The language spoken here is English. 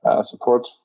support